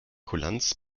kulanz